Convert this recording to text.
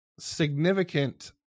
significant